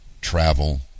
travel